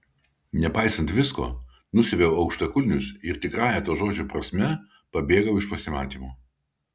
nepaisant visko nusiaviau aukštakulnius ir tikrąja to žodžio prasme pabėgau iš pasimatymo